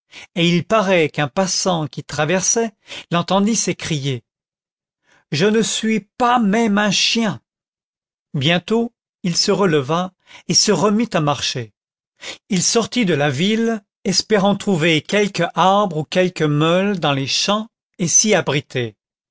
et il paraît qu'un passant qui traversait l'entendit s'écrier je ne suis pas même un chien bientôt il se releva et se remit à marcher il sortit de la ville espérant trouver quelque arbre ou quelque meule dans les champs et s'y abriter